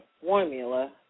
formula